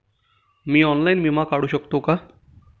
मी online विमा काढू शकते का?